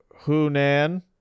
Hunan